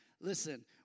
Listen